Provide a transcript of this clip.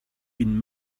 been